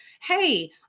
hey